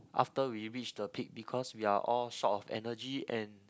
after we reach the peak because we are all short of energy and